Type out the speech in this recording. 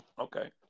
Okay